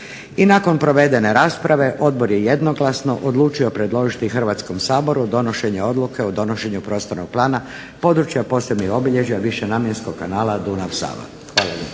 I nakon provedene rasprave odbor je jednoglasno odlučio predložiti Hrvatskom saboru donošenje odluke o donošenju prostornog plana prostora područja posebnih obilježja višenamjenskog kanala Dunav – Sava. Hvala